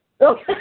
Okay